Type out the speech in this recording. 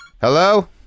Hello